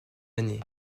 années